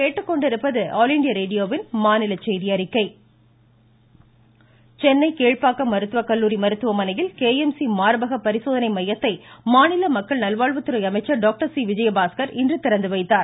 ம் ம் ம் ம் ம விஜயபாஸ்கர் சென்னை கீழ்ப்பாக்கம் மருத்துவக்கல்லூரி மருத்துவமனையில் கே எம் சி மார்பக பரிசோதனை மையத்தை மாநில மக்கள் நல்வாழ்வுத்துறை அமைச்சர் டாக்டர் சி விஜயபாஸ்கர் இன்று திறந்துவைத்தார்